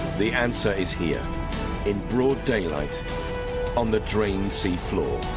the answer is here in broad daylight on the drained sea floor